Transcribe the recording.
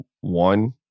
one